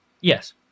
yes